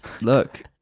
look